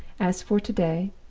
as for to-day,